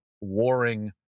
warring